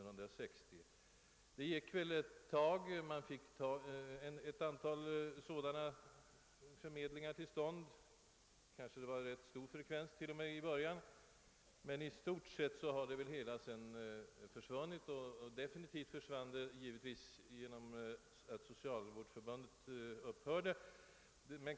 Under någon tid kom väl ett antal sådana förmedlingar till stånd — frekvensen kanske i början t.o.m. var relativt hög — men i stort sett har väl denna förmedling inte slagit väl ut. Definitivt försvann den för det upphörde.